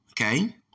Okay